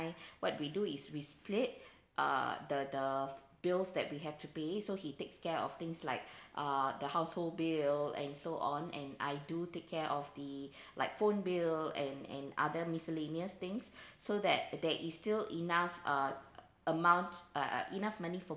what we do is we split uh the the bills that we have to pay so he takes care of things like uh the household bill and so on and I do take care of the like phone bill and and other miscellaneous things so that there is still enough uh amount uh uh enough money for